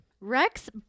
Rex